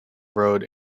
road